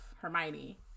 Hermione